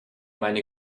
meine